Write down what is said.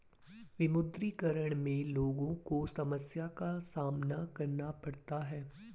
विमुद्रीकरण में लोगो को समस्या का सामना करना पड़ता है